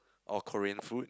or Korean food